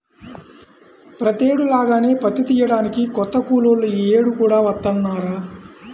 ప్రతేడు లాగానే పత్తి తియ్యడానికి కొత్త కూలోళ్ళు యీ యేడు కూడా వత్తన్నారా